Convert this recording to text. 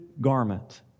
garment